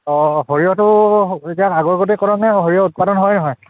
অঁ সৰিয়হটো এতিয়া আগৰ গতে কৰণে সৰিয়হ উৎপাদন হয় নহয়